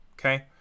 Okay